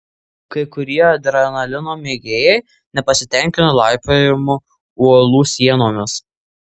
kai kurie adrenalino mėgėjai nepasitenkina laipiojimu uolų sienomis